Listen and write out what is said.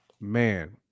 man